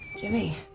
Jimmy